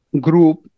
group